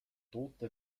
tote